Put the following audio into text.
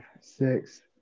six